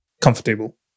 comfortable